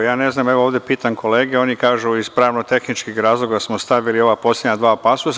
Ja ne znam, evo ovde pitam kolege, oni kažu – iz pravno tehničkih razloga smo stavili ova poslednja dva pasusa.